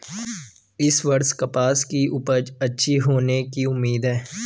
इस वर्ष कपास की उपज अच्छी होने की उम्मीद है